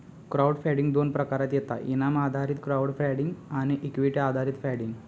crowd funding दोन प्रकारात येता इनाम आधारित क्राउड फंडिंग आणि इक्विटी आधारित फंडिंग